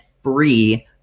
free